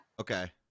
Okay